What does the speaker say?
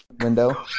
window